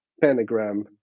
pentagram